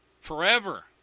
Forever